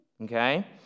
Okay